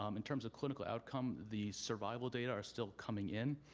um in terms of clinical outcome, the survival data are still coming in.